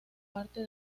parte